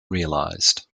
realized